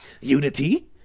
unity